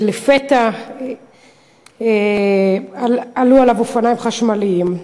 ולפתע עלו עליו אופניים חשמליים.